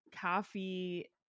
coffee